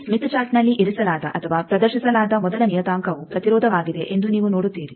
ಈ ಸ್ಮಿತ್ ಚಾರ್ಟ್ನಲ್ಲಿ ಇರಿಸಲಾದ ಅಥವಾ ಪ್ರದರ್ಶಿಸಲಾದ ಮೊದಲ ನಿಯತಾಂಕವು ಪ್ರತಿರೋಧವಾಗಿದೆ ಎಂದು ನೀವು ನೋಡುತ್ತೀರಿ